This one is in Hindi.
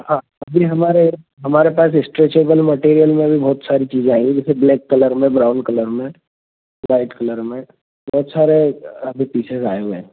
अभी हमारे हमारे पास इस्ट्रेचेबल मटेरियल में भी बहुत सारी चीज़ें आई हैं जैसे ब्लैक कलर में ब्राउन कलर में व्हाइट कलर में बहुत सारे अभी पीसेज़ आये हुए हैं